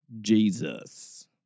Jesus